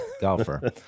golfer